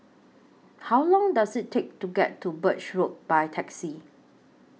How Long Does IT Take to get to Birch Road By Taxi